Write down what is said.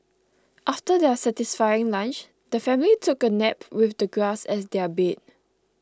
after their satisfying lunch the family took a nap with the grass as their bed